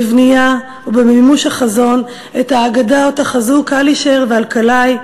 בבנייה ובמימוש החזון את האגדה שחזו קלישר ואלקלעי,